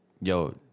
Yo